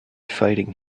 fighting